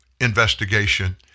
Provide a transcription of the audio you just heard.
investigation